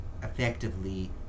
effectively